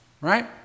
right